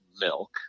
milk